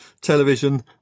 television